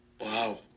Wow